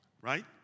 Right